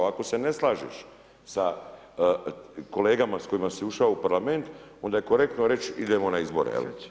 Ako se ne slažeš sa kolegama s kojima si ušao u parlament, onda je korektno reći: idemo na izbore.